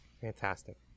fantastic